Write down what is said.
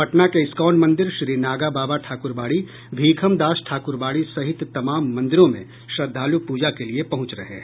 पटना के इस्कॉन मंदिर श्रीनागाबाबा ठाकुरबाड़ी भीखमदास ठाकुरबाड़ी सहित तमाम मंदिरों में श्रद्धालु पूजा के लिए पहुंच रहें हैं